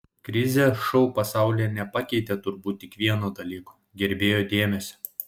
krizė šou pasaulyje nepakeitė turbūt tik vieno dalyko gerbėjų dėmesio